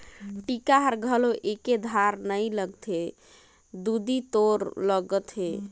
टीका हर घलो एके धार नइ लगथे दुदि तोर लगत हे